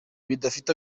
bidafite